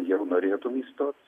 jau norėtum įstot